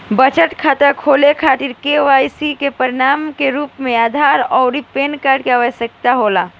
बचत खाता खोले के खातिर केवाइसी के प्रमाण के रूप में आधार आउर पैन कार्ड के आवश्यकता होला